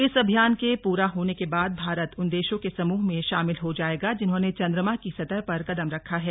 इस अभियान के पूरा होने के बाद भारत उन देशों के समूह में शामिल हो जायेगा जिन्होंने चन्द्रमा की सतह पर कदम रखा है